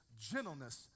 gentleness